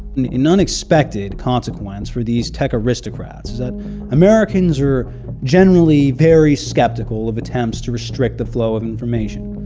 an unexpected consequence for these tech aristocrats is that americans are generally very skeptical of attempts to restrict the flow of information.